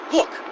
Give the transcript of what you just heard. Look